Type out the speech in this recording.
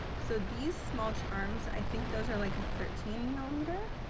so these small charms i think those are like a thirteen millimeter